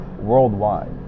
worldwide